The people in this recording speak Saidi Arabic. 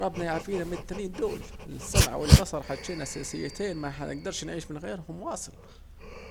ربنا يعافينا من الاتنين دول، السمع والبصر حاجتين اساسيتين محنجدرش نعيش من غيرهم واصل